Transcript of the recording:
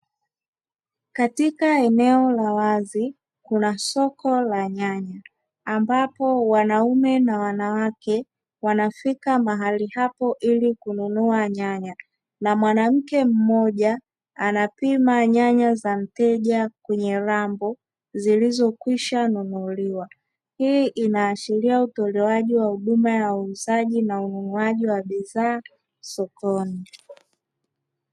Katika eneo la wazi kuna soko la nyanya, ambapo wanaume na wanawake wanafika mahali hapo, ili kununua nyanya. Na mwanamke mmoja anapima nyanya za mteja, kwenye rambo zilizo kwisha nunuliwa. Hii inaashiria utolewaji wa huduma ya uuzaji na ununuaji wa bidhaa sokoni.